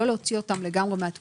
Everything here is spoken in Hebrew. לא להוציא אותם לגמרי מן התמונה.